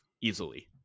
easily